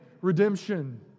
redemption